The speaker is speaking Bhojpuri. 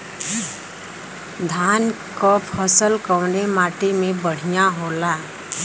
धान क फसल कवने माटी में बढ़ियां होला?